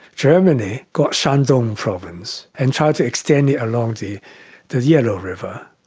germany got shandong province and tried to extend it along the the yellow river.